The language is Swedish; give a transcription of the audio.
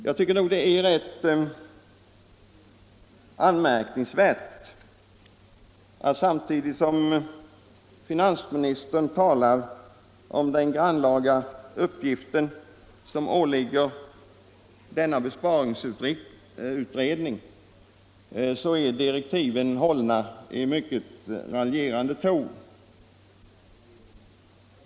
Jag tycker nog det är rätt anmärkningsvärt att samtidigt som finansministern talar om den grannlaga uppgift som åligger denna besparingsutredning så är direktiven hållna i en mycket raljerande ton.